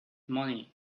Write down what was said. money